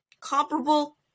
comparable